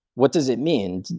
what does it mean?